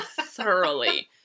thoroughly